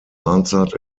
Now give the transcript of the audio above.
answered